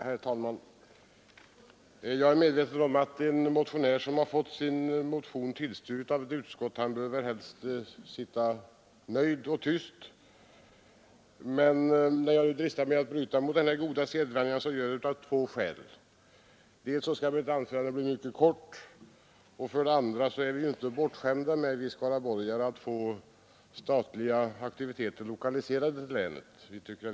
Herr talman! Jag är medveten om att en motionär som fått sin motion tillstyrkt av ett utskott helst bör sitta nöjd och tyst. När jag dristar mig att bryta mot denna goda sedvänja gör jag det av två skäl: för det första skall mitt anförande bli mycket kort och för det andra är vi skaraborgare inte bortskämda med att få statliga aktiviteter lokaliserade till länet.